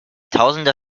tausende